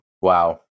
wow